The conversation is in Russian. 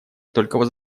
только